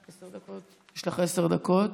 יש לך עשר דקות.